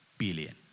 billion